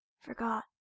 Forgot